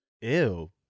Ew